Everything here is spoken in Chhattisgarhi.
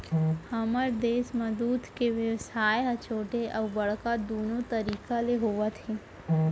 हमर देस म दूद के बेवसाय ह छोटे अउ बड़का दुनो तरीका ले होवत हे